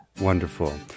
Wonderful